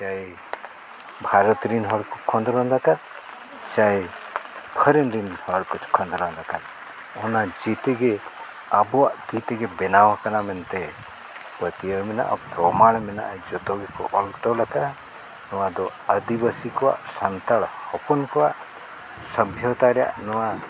ᱪᱟᱭ ᱵᱷᱟᱨᱚᱛ ᱨᱮᱱ ᱦᱚᱲᱠᱚ ᱠᱷᱚᱸᱫᱽᱨᱚᱱ ᱟᱠᱟᱫ ᱪᱟᱭ ᱯᱷᱚᱨᱮᱱ ᱨᱮᱱ ᱦᱚᱲᱠᱚ ᱠᱷᱚᱸᱫᱽᱨᱚᱱ ᱟᱠᱟᱫ ᱚᱱᱟ ᱡᱷᱚᱛᱚᱜᱮ ᱟᱵᱚᱣᱟᱜ ᱛᱤ ᱛᱮᱜᱮ ᱵᱮᱱᱟᱣ ᱟᱠᱟᱱᱟ ᱢᱮᱱᱛᱮ ᱯᱟᱹᱛᱭᱟᱹᱣ ᱢᱮᱱᱟᱜᱼᱟ ᱯᱨᱚᱢᱟᱱ ᱢᱮᱱᱟᱜᱼᱟ ᱡᱷᱚᱛᱚ ᱜᱮᱠᱚ ᱚᱞ ᱛᱚᱞᱟᱠᱟᱜᱼᱟ ᱱᱚᱣᱟ ᱫᱚ ᱟᱹᱫᱤᱵᱟᱹᱥᱤ ᱠᱚᱣᱟᱜ ᱥᱟᱱᱛᱟᱲ ᱦᱚᱯᱚᱱ ᱠᱚᱣᱟᱜ ᱥᱚᱵᱽᱵᱷᱚᱛᱟ ᱨᱮᱱᱟᱜ ᱱᱚᱣᱟ